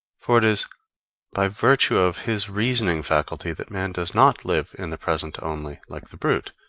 for it is by virtue of his reasoning faculty that man does not live in the present only, like the brute,